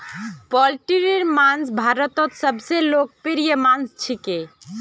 पोल्ट्रीर मांस भारतत सबस लोकप्रिय मांस छिके